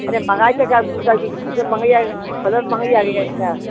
अरे महंगाई तो क्या वो का भी वो सब महंगईआ फलवे पर महंगईआ गई ए का